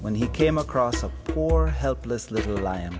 when he came across a four helpless little lion